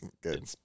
good